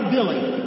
Billy